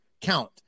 count